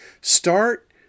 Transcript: start